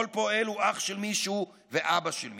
כל פועל הוא אח של מישהו ואבא של מישהו,